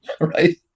right